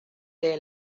people